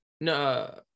No